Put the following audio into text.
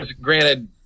granted